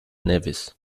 nevis